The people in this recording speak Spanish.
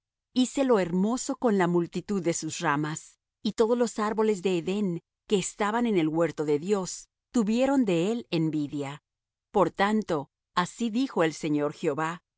hermosura hícelo hermoso con la multitud de sus ramas y todos los árboles de edén que estaban en el huerto de dios tuvieron de él envidia por tanto así dijo el señor jehová por